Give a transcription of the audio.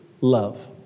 love